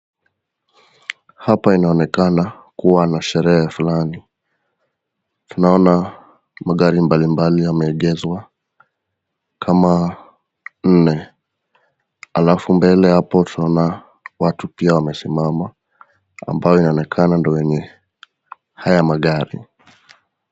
Hapa inaonekana kuwa na sherehe fulani . Tunaona magari mbalimbali yameegezwa kama nne, alafu mbele apo tunaona watu pia wamesimama ambayo inaonekana ndo wenye haya magari.